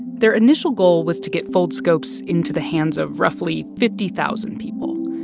their initial goal was to get foldscopes into the hands of roughly fifty thousand people,